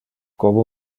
como